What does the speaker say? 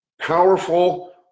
powerful